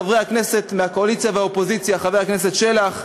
חברי הכנסת מהקואליציה ומהאופוזיציה: חבר הכנסת שלח,